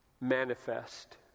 manifest